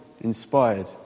inspired